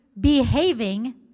behaving